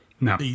no